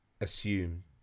assume